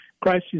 crises